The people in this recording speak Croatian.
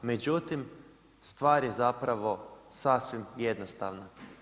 Međutim, stvar je zapravo sasvim jednostavna.